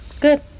Good